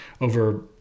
over